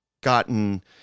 gotten